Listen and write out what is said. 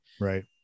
right